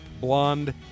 Blonde